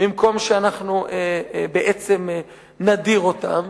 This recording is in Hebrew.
במקום שאנחנו בעצם נדיר אותם.